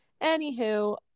anywho